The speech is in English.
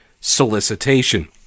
solicitation